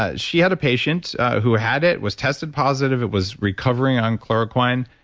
ah she had a patient who ah had it, was tested positive, it was recovering on chloroquine.